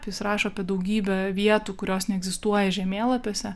jis rašo apie daugybę vietų kurios neegzistuoja žemėlapiuose